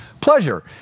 pleasure